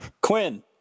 Quinn